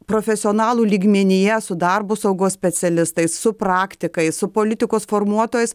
profesionalų lygmenyje su darbo saugos specialistais su praktikais su politikos formuotojais